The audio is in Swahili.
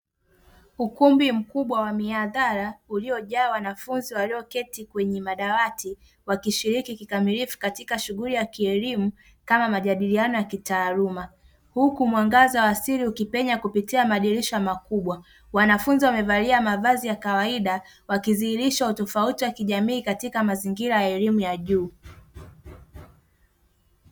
Ukumbi mkubwa wa mihadhara uliojaa wanafunzi walioketi kwenye madawati wakishiriki kikamirifu katika shughuli ya kielimu kama majadiliano ya kitaaluma, huku mwanagza wa asili ukipenya kupitia madirisha makubwa. Wanafunzi wamevalia mavazi ya kawaida wakidhihirisha utofauti wa kijamii katika mazigira ya elimu ya juu.